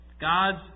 God's